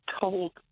told